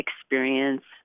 experience